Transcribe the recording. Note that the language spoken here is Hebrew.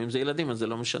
אם זה ילדים אז זה לא משנה,